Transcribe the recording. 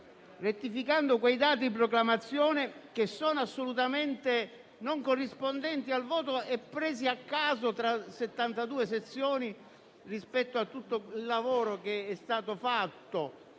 rettificando i dati di proclamazione che sono assolutamente non corrispondenti al voto, presi a caso tra 72 sezioni, rispetto a tutto il lavoro svolto